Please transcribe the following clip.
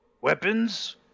Weapons